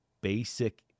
basic